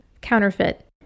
counterfeit